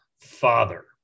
father